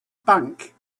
bank